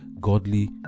Godly